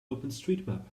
openstreetmap